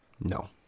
No